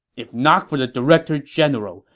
if not for the director general,